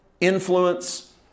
influence